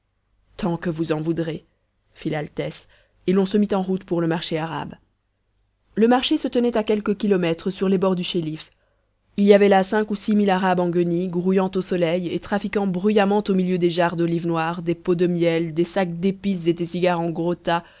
tant que vous en voudrez fit l'altesse et l'on se mit en route pour le marché arabe le marché se tenait à quelques kilomètres sur les bords du chéliff il y avait là cinq ou six mille arabes en guenilles grouillant au soleil et trafiquant bruyamment au milieu des jarres d'olives noires des pots de miel des sacs d'épices et des cigares en gros tas